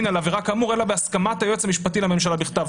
על העבירה כאמור אלא בהסכמת היועץ המשפטי לממשלה בכתב.